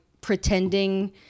pretending